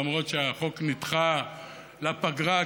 למרות שהחוק נדחה לפגרה,